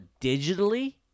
digitally